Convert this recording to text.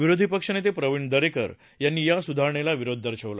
विरोधी पक्षनेते प्रवीण दरेकर यांनी या सुधारणेला विरोध दर्शवला